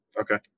okay